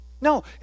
No